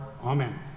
amen